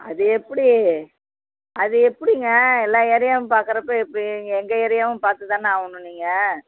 அது எப்படி அது எப்படிங்க எல்லா ஏரியாவும் பார்க்கறப்போ எப்படி எங்கள் ஏரியாவும் பார்த்து தானே ஆகணும் நீங்கள்